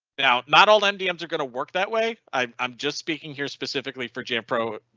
now not all indians are going to work that way. i'm just speaking here specifically for jampro,